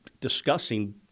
discussing